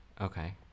Okay